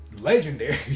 legendary